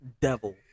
devil